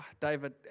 David